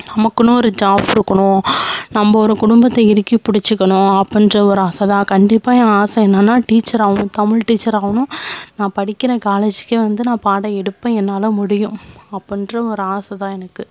நமக்குன்னு ஒரு ஜாஃப் இருக்கணும் நம்ம ஒரு குடும்பத்தை இறுக்கிப்பிடிச்சிக்கணும் அப்பட்ன்ற ஒரு ஆசைதான் கண்டிப்பாக ஏன் ஆசை என்னான்னா டீச்சர் ஆகணும் தமிழ் டீச்சர் ஆகணும் நான் படிக்கிற காலேஜிக்கே வந்து நான் பாடம் எடுப்பேன் என்னால் முடியும் அப்பட்ன்ற ஒரு ஆசை தான் எனக்கு